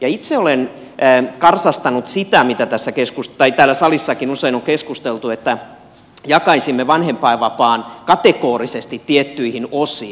itse olen karsastanut sitä mistä täällä salissakin usein on keskusteltu että jakaisimme vanhempainvapaan kategorisesti tiettyihin osiin